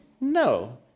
No